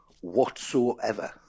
whatsoever